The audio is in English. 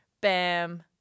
bam